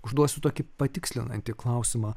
užduosiu tokį patikslinantį klausimą